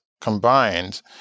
combined